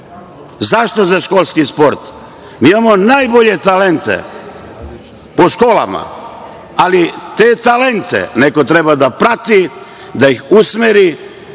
Zašto za školski sport? Mi imamo najbolje talente po školama, ali te talente neko treba da prati, da ih usmeri,